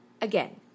Again